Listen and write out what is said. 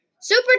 Super